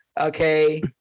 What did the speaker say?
Okay